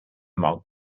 mark